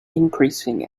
increasing